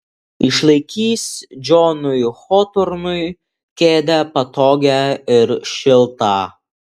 išlaikys džonui hotornui kėdę patogią ir šiltą